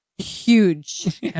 huge